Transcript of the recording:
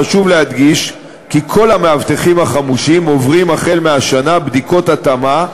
חשוב להדגיש כי כל המאבטחים החמושים עוברים החל מהשנה בדיקות התאמה,